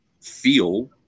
feel